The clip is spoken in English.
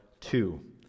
two